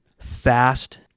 fast